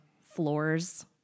floors